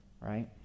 right